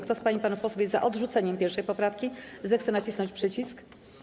Kto z pań i panów posłów jest za odrzuceniem 1. poprawki, zechce nacisnąć przycisk.